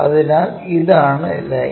അതിനാൽ ഇതാണ് ലൈൻ